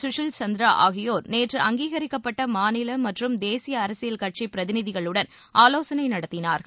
கஷில் சந்திரா ஆகியோர் நேற்று அங்கீகரிக்கப்பட்ட மாநில மற்றும் தேசிய அரசியல் கட்சி பிரதிநிதிகளுடன் ஆவோசனை நடத்தினார்கள்